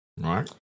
Right